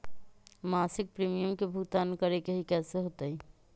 मासिक प्रीमियम के भुगतान करे के हई कैसे होतई?